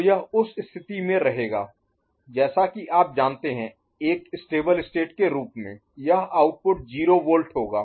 तो यह उस स्थिति में रहेगा जैसा कि आप जानते हैं एक स्टेबल स्टेट के रूप में यह आउटपुट 0 वोल्ट होगा